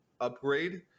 upgrade